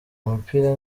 umupira